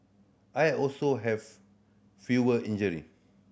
I also have fewer injury